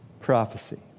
prophecy